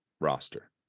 roster